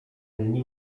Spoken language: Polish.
dni